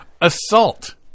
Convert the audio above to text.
Assault